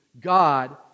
God